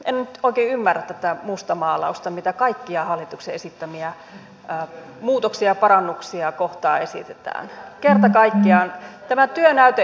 en nyt oikein ymmärrä tätä mustamaalausta mitä kaikkia hallituksen esittämiä muutoksia ja parannuksia kohtaan esitetään kerta kaikkiaan